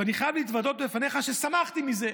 ואני חייב להתוודות בפניך ששמחתי מזה.